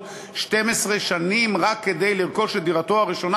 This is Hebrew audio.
12 שנים רק כדי לרכוש את דירתו הראשונה,